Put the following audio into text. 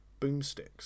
Boomsticks